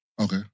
Okay